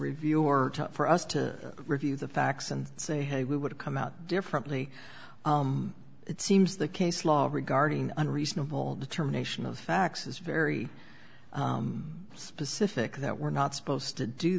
review or for us to review the facts and say hey we would come out differently it seems the case law regarding unreasonable determination of facts is very specific that we're not supposed to do